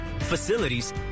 facilities